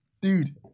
Dude